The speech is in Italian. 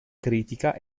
critica